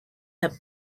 have